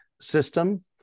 system